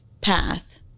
path